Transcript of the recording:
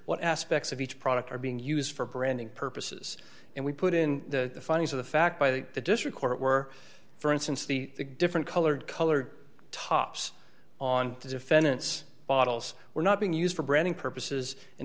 what aspects of each product are being used for branding purposes and we put in the findings of the fact by the district court were for instance the different colored colored tops on the defendants bottles were not being used for branding purposes and